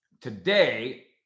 Today